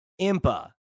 Impa